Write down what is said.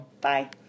Bye